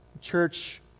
church